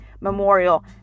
memorial